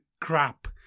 crap